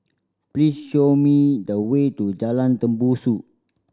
please show me the way to Jalan Tembusu